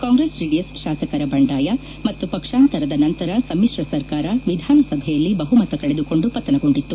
Congress JDS ಶಾಸಕರ ಬಂಡಾಯ ಮತ್ತು ಪಕ್ಷಾಂತರದ ನಂತರ ಸಮ್ಮಿಶ್ರ ಸರ್ಕಾರ ವಿಧಾನಸಭೆಯಲ್ಲಿ ಬಹುಮತ ಕಳೆದುಕೊಂದು ಪತನಗೊಂಡಿತ್ತು